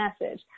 message